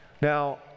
Now